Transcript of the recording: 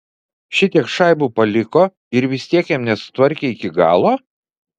šitiek šaibų paliko ir vis tiek jam nesutvarkė iki galo